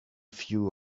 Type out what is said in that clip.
few